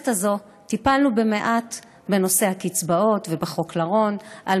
בכנסת הזאת טיפלנו מעט בנושא הקצבאות ובחוק לרון על